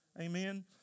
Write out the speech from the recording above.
amen